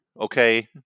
Okay